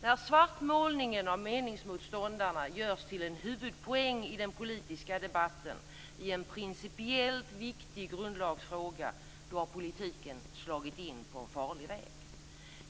När svartmålningen av meningsmotståndarna görs till en huvudpoäng i den politiska debatten i en principiellt viktig grundlagsfråga, då har politiken slagit in på en farlig väg.